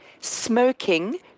smoking